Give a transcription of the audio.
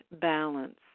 balance